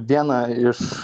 viena iš